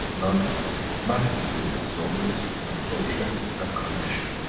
not matter-state absorbers and absorption and condition.